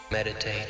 Meditate